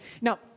Now